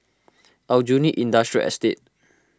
Aljunied Industrial Estate